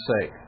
sake